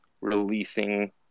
releasing